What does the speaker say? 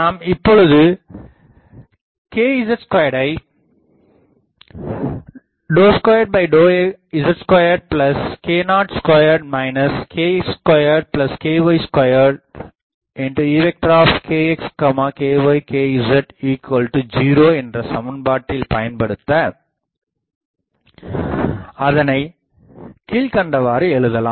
நாம் இப்பொழுது kz2ஐ Ə2Əz2k02 kx2ky2Ekxkykz0 என்ற சமன்பாட்டில் பயன்படுத்த அதனை கீழ்க்கண்டவாறு எழுதலாம்